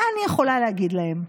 מה אני יכולה להגיד להם?